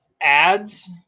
ads